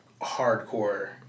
hardcore